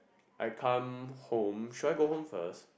I come home should I go home first